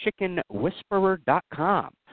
chickenwhisperer.com